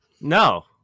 No